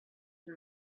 and